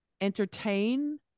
entertain